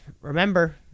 Remember